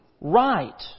right